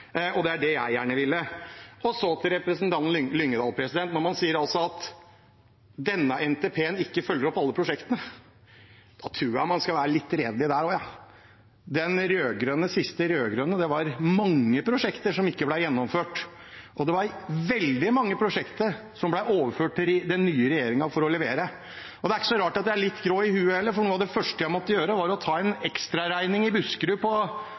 Det er det jeg gjerne ville. Så til representanten Lyngedal: Når man sier at denne NTP-en ikke følger opp alle prosjektene, tror jeg man skal være litt redelig der også. Under den siste rød-grønne var det mange prosjekter som ikke ble gjennomført, og det var veldig mange prosjekter som ble overført til den nye regjeringen for levering. Det er heller ikke så rart at jeg er litt grå i huet, for noe av det første jeg måtte gjøre, var å ta en ekstraregning i Buskerud på